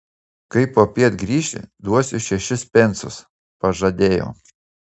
kai popiet grįši duosiu šešis pensus pažadėjo